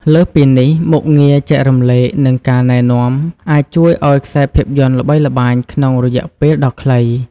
លើសពីនេះ មុខងារ ចែករំលែកនិង ការណែនាំ អាចជួយឱ្យខ្សែភាពយន្តល្បីល្បាញក្នុងរយៈពេលដ៏ខ្លី។